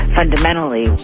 fundamentally